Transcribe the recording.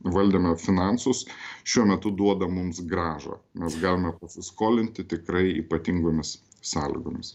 valdėme finansus šiuo metu duoda mums grąžą mes galime pasiskolinti tikrai ypatingomis sąlygomis